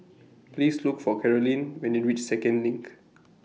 Please Look For Carolyne when YOU REACH Second LINK